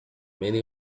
many